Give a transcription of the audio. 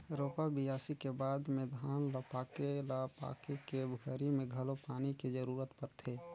रोपा, बियासी के बाद में धान ल पाके ल पाके के घरी मे घलो पानी के जरूरत परथे